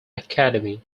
academy